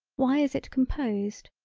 why is it composed.